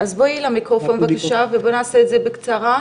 אז בואי למיקרופון בבקשה ובואי נעשה את זה בקצרה.